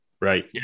Right